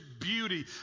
beauty